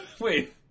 Wait